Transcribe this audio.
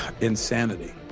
Insanity